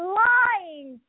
lying